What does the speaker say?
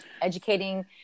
educating